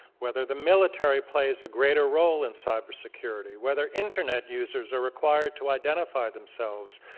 whether the military plays a greater role in cyber security, whether internet users are required to identify themselves,